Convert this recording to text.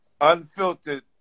unfiltered